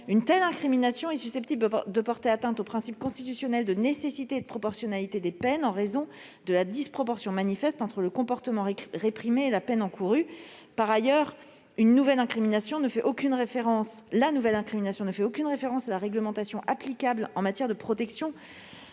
Une telle incrimination est susceptible de porter atteinte au principe constitutionnel de nécessité et de proportionnalité des peines, en raison de la disproportion manifeste entre le comportement réprimé et la peine encourue. Par ailleurs, cette nouvelle incrimination ne contiendrait aucune référence à la réglementation applicable en matière de protection